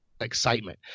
excitement